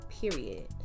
Period